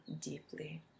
deeply